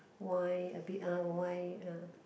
wine a bit ah wine uh